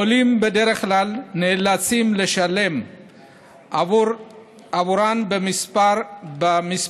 העולים, בדרך כלל, נאלצים לשלם כמה פעמים,